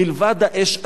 מלבד האש עצמה.